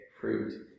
fruit